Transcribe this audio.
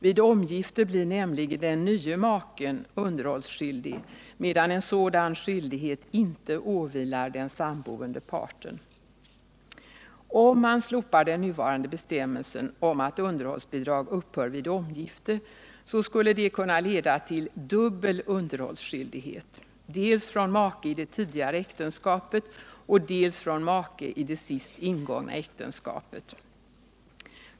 Vid omgifte blir nämligen den nye maken underhållsskyldig, medan en sådan skyldighet inte åvilar den samboende parten. Om man slopar den nuvarande bestämmelsen om att underhållsbidrag upphör vid omgifte, skulle det kunna leda till dubbel underhållsskyldighet, dels från make i det tidigare äktenskapet, dels från make i det senast ingångna äktenskapet.